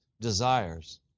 desires